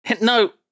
No